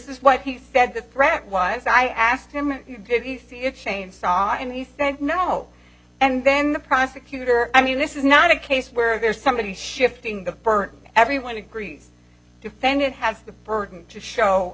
is what he said the threat was i asked him did you see a chainsaw and you think no and then the prosecutor i mean this is not a case where there's somebody shifting the burden everyone agrees defendant has the burden to show